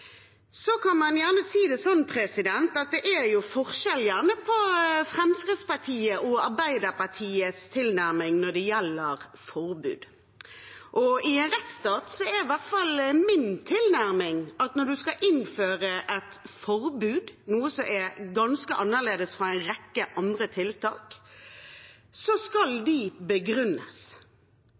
Så kan man gjerne si det sånn at det er forskjell på Fremskrittspartiets og Arbeiderpartiets tilnærming når det gjelder forbud. I en rettsstat er det slik – det er i hvert fall min tilnærming – at når man skal innføre et forbud, noe som er ganske annerledes enn en rekke andre tiltak, skal det begrunnes.